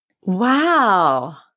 Wow